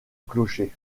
clocher